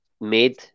made